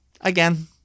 again